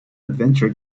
adventure